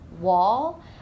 wall